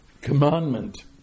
commandment